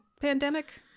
Pandemic